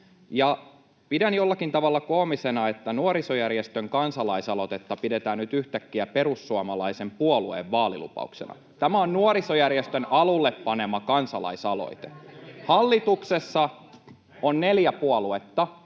Pidän jollakin tavalla koomisena, että nuorisojärjestön kansalaisaloitetta pidetään nyt yhtäkkiä perussuomalaisen puolueen vaalilupauksena. Tämä on nuorisojärjestön alulle panema kansalaisaloite.